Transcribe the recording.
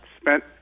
spent